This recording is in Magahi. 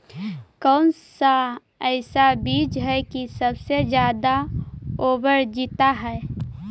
कौन सा ऐसा बीज है की सबसे ज्यादा ओवर जीता है?